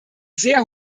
sehr